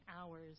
hours